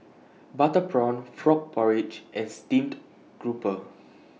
Butter Prawn Frog Porridge and Steamed Grouper